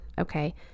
Okay